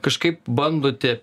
kažkaip bandote